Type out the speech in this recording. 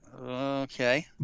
Okay